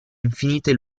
infinite